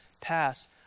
pass